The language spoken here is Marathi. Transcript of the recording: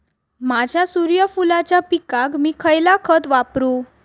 माझ्या सूर्यफुलाच्या पिकाक मी खयला खत वापरू?